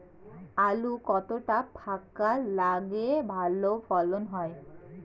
আলু কতটা ফাঁকা লাগে ভালো ফলন হয়?